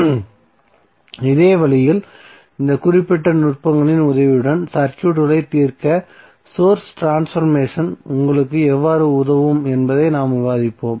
இன்று அதே வழியில் இந்த குறிப்பிட்ட நுட்பங்களின் உதவியுடன் சர்க்யூட்களை தீர்க்க சோர்ஸ் ட்ரான்ஸ்பர்மேசன் உங்களுக்கு எவ்வாறு உதவும் என்பதை நாம் விவாதிப்போம்